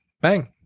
Bang